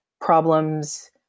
problems